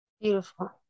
beautiful